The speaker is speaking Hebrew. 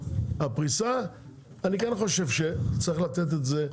הפריסה אני גם חושב שצריך לתת את זה,